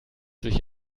sich